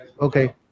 Okay